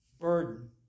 burden